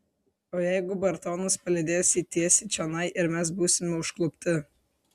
o jeigu bartonas palydės jį tiesiai čionai ir mes būsime užklupti